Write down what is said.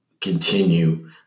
continue